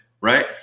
right